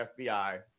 FBI